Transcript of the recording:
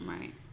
Right